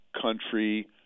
country